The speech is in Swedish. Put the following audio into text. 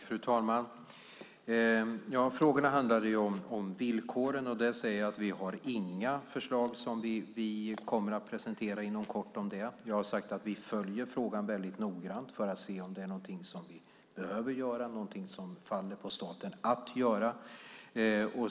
Fru talman! En fråga handlade om villkoren, och där säger jag att vi inte har några förslag som vi kommer att presentera inom kort. Jag har sagt att vi följer frågan väldigt noggrant för att se om det är någonting vi behöver göra eller som faller på staten att göra.